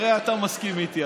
הרי אתה מסכים איתי,